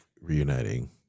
reuniting